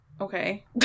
okay